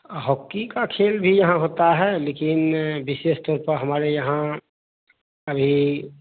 hockey का खेल भी यहाँ होता है लेकिन विशेष तौर पर हमारे यहाँ अभी